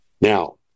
Now